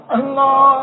Allah